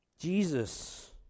Jesus